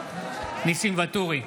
ניסים ואטורי,